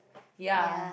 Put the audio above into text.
ya